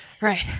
right